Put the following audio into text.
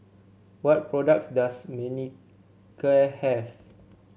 what products does Manicare have